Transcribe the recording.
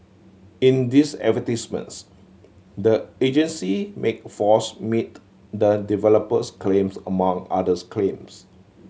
in these advertisements the agency make false meet the developers claims among others claims